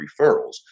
referrals